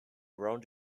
around